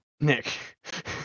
Nick